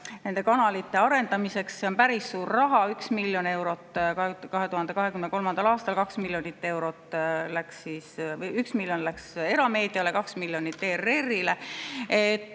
kanalite arendamiseks. See on päris suur raha: 1 miljon eurot 2023. aastal, 2 miljonit eurot … 1 miljon läks erameediale, 2 miljonit ERR‑ile.